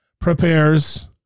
prepares